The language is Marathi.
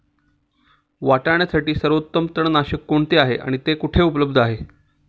वाटाण्यासाठी सर्वोत्तम तणनाशक कोणते आहे आणि ते कुठे उपलब्ध आहे?